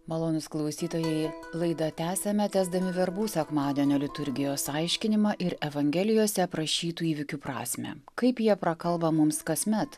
malonūs klausytojai laida tęsiame tęsdami verbų sekmadienio liturgijos aiškinimą ir evangelijose aprašytų įvykių prasmę kaip jie prakalba mums kasmet